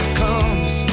comes